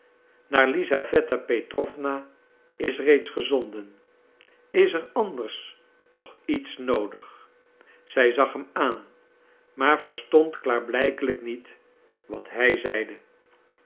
naar lisaweta petrowna is reeds gezonden is er anders nog iets noodig zij zag hem aan maar verstond klaarblijkelijk niet wat hij zeide